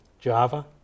Java